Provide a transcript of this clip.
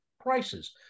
prices